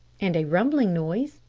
and a rumbling noise,